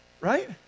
Right